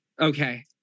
Okay